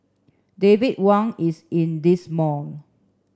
David Wang is in this mall